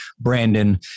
Brandon